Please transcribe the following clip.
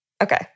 Okay